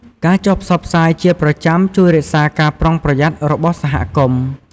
ការចុះផ្សព្វផ្សាយជាប្រចាំជួយរក្សាការប្រុងប្រយ័ត្ន របស់សហគមន៍។